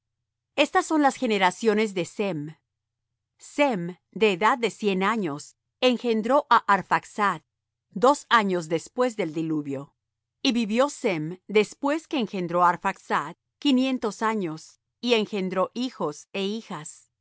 estas son las generaciones de sem sem de edad de cien años engendró á arphaxad dos años después del diluvio y vivió sem después que engendró á arphaxad quinientos años y engendró hijos é hijas